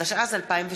התשע"ז 2016,